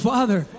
Father